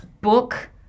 book